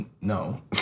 No